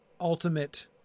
ultimate